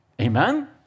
Amen